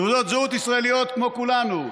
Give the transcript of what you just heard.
תעודות זהות ישראליות, כמו כולנו,